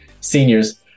seniors